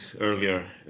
earlier